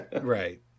Right